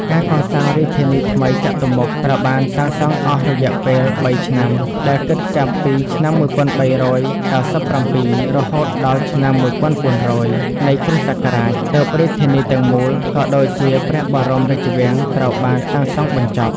ការកសាងរាជធានីថ្មីចតុមុខ ត្រូវបានសាងសង់អស់រយៈពេល ៣ឆ្នាំ ដែលគិតចាប់ពី ឆ្នាំ ១៣៩៧ រហូតដល់ ឆ្នាំ ១៤០០ នៃគ.សករាជ ទើបរាជធានីទាំងមូល ក៏ដូចជាព្រះបរមរាជវាំងត្រូវបានសាងសង់បញ្ចប់។